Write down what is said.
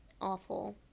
awful